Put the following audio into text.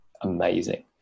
amazing